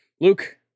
Luke